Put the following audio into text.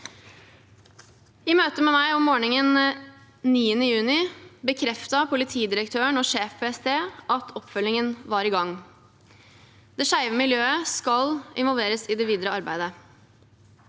I møte med meg om morgenen den 9. juni bekreftet politidirektøren og sjef PST at oppfølgingen var i gang. Det skeive miljøet skal involveres i det videre arbeidet.